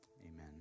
Amen